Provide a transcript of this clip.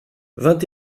vingt